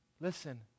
Listen